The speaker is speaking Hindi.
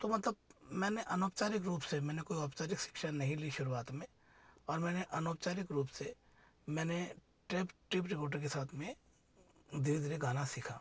तो मतलब मैंने अनौपचारिक रूप से मैंने कोई औपचारिक शिक्षा नहीं ली शुरुआत में और मैंने अनौपचारिक रूप से मैंने टेप टेप रिकॉर्डर के साथ में धीरे धीरे गाना सीखा